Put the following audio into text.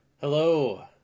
Hello